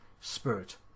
spirit